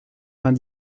vingt